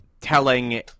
telling